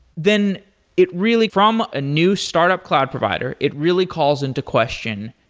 then it really from a new startup cloud provider, it really calls into question,